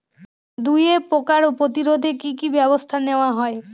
দুয়ে পোকার প্রতিরোধে কি কি ব্যাবস্থা নেওয়া হয়?